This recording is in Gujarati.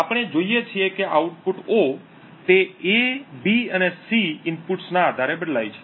આપણે જોઈએ છીએ કે આઉટપુટ O તે A B અને C ઇનપુટ્સના આધારે બદલાય છે